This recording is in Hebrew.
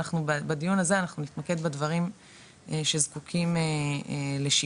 בדיון הזה אנחנו נתמקד בדברים שזקוקים לשיפור.